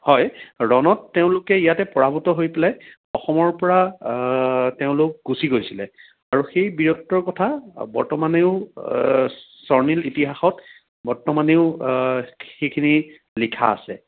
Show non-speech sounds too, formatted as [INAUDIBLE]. হয় ৰণত তেওঁলোকে ইয়াতে পৰাভূত হৈ পেলাই অসমৰ পৰা তেওঁলোক গুচি গৈছিলে আৰু সেই [UNINTELLIGIBLE] কথা বৰ্তমানেও স্বৰ্ণীল ইতিহাসত বৰ্তমানেও সেইখিনি লিখা আছে